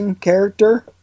character